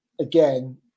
again